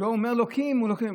הוא אומר: אלוקים, אלוקים.